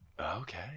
okay